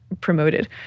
promoted